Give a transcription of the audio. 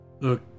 look